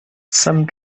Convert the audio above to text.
some